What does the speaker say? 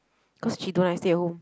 cause she don't like stay at home